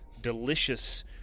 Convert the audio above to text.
delicious